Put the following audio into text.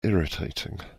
irritating